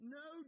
no